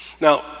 Now